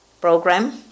program